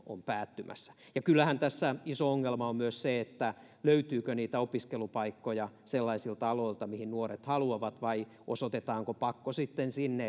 on päättymässä kyllähän tässä iso ongelma on myös se löytyykö niitä opiskelupaikkoja sellaisilta aloilta mihin nuoret haluavat vai osoitetaanko sinne sitten pakko